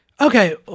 okay